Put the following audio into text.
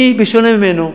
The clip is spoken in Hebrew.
אני, שלא כמוהו,